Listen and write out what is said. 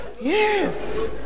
Yes